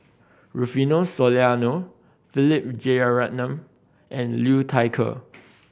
Rufino Soliano Philip Jeyaretnam and Liu Thai Ker